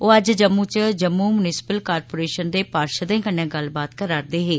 ओह अज्ज जम्मू च जम्मू मुनसिपल कारपोरेशन दे पार्षदें कन्नै गल्लबात करै करदे हे